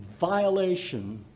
violation